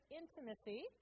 intimacy